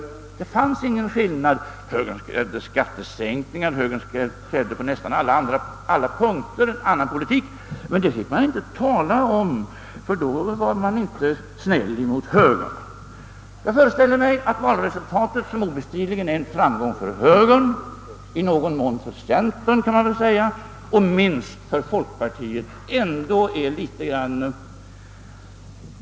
Det fanns ingen skillnad. Högern krävde skattesänkningar, högern krävde en annan politik på nästan alla punkter. Men det fick man inte tala om, ty då var man inte snäll mot högern. Jag föreställer mig att valresultatet obestridligen är en framgång för högern, i någon mån för centern och minst för folkpartiet.